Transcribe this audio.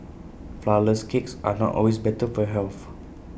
Flourless Cakes are not always better for health